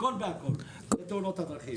הכול קשור לכול עם תאונות הדרכים.